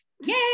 Yay